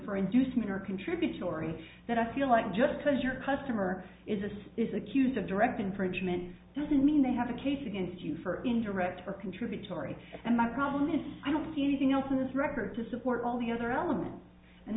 for inducement or contributory that i feel like just because your customer is this is accused of direct infringement doesn't mean they have a case against you for indirect or contributory and my problem is i don't see anything else in this record to support all the other elements and